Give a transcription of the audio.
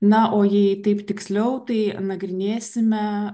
na o jei taip tiksliau tai nagrinėsime